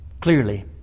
clearly